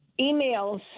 emails